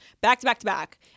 back-to-back-to-back